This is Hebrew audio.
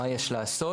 מה יש לעשות,